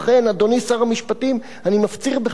לכן, אדוני שר המשפטים, אני מפציר בך,